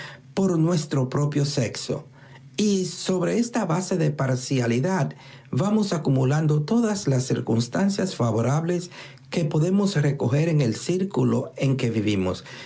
por nuestro propio sexo y sobre esta base de parcialidad vamos acumulando todas las circunstancias favorables que podemos recoger en el círculo en que vivimos